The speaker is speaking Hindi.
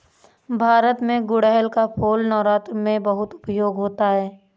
भारत में गुड़हल का फूल नवरात्र में बहुत उपयोग होता है